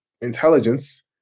intelligence